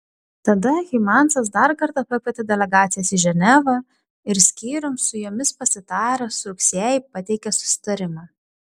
tada hymansas dar kartą pakvietė delegacijas į ženevą ir skyrium su jomis pasitaręs rugsėjį pateikė susitarimą